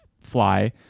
fly